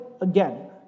again